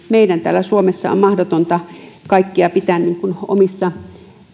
meidän täällä suomessa on mahdotonta pitää omissa